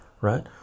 right